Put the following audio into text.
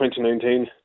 2019